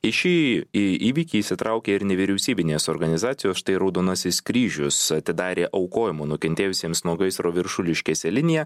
į šį įvykį įsitraukė ir nevyriausybinės organizacijos štai raudonasis kryžius atidarė aukojimo nukentėjusiems nuo gaisro viršuliškėse liniją